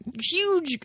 huge